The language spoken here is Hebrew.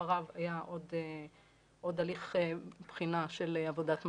אחריו היה עוד הליך בחינה של עבודת מטה,